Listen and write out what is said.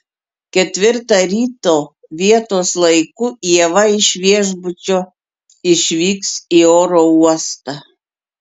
ketvirtą ryto vietos laiku ieva iš viešbučio išvyks į oro uostą